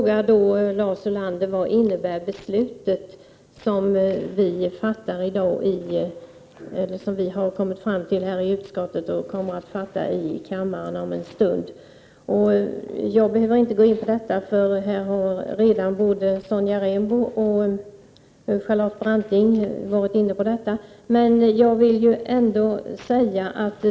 Lars Ulander frågade: Vad innebär det beslut som vi om en stund kommer att fatta i kammaren på förslag av utskottet? Både Sonja Rembo och Charlotte Branting har varit inne på det.